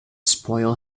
spoil